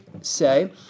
say